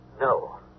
No